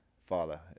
Father